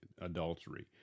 adultery